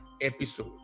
episode